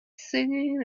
singing